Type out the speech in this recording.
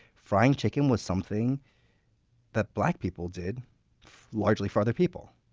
frying chicken was something that black people did largely for other people.